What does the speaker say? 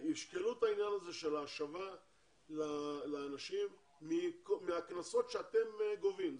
לשקול את העניין הזה של ההשבה לאנשים מהקנסות שאתם גובים.